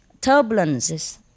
turbulences